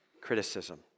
Criticism